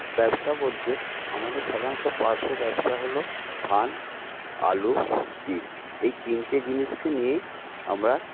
ব্যবসা বলতে আমাদের সাধারণত পার্শ্ব ব্যবসা হলো ধান আলু তিল এই তিনটে জিনিস কে নিয়েই আমরা